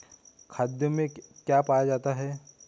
खाद में क्या पाया जाता है?